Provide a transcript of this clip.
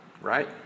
right